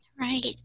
right